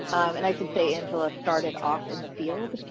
and i should say angela started off in the field